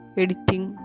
editing